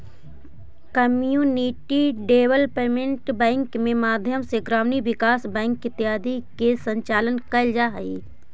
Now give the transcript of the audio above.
community development bank के माध्यम से ग्रामीण विकास बैंक इत्यादि के संचालन कैल जा हइ